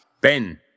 Ben